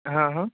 હ હ